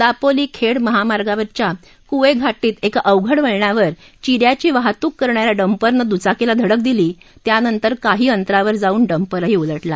दापोली खेड मार्गावरच्या कुये घाटीत एका अवघड वळणावर चिन्याची वाहतूक करणाऱ्या या डंपरनं द्चाकीला धडक दिली त्यानंतर काही अंतरावर जाऊन डम्परही उलटला